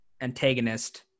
antagonist